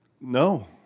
No